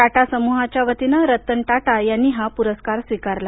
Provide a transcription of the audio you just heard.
टाटा समूहाच्या वतीनं रतन टाटा यांनी हा पुरस्कार स्वीकारला